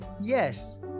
Yes